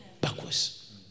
backwards